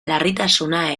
larritasuna